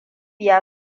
ya